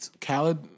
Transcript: Khaled